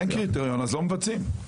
אין קריטריון לא מבצעים.